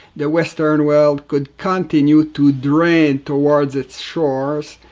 the western world could continue to drain towards its shores